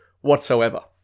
whatsoever